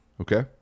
Okay